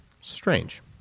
strange